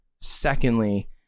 secondly